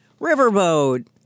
riverboat